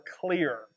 clear